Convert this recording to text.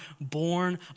born